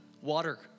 water